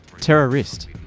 Terrorist